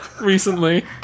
recently